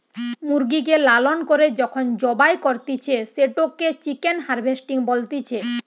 মুরগিকে লালন করে যখন জবাই করতিছে, সেটোকে চিকেন হার্ভেস্টিং বলতিছে